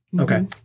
Okay